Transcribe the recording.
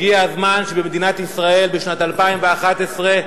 הגיע הזמן שבמדינת ישראל, בשנת 2011,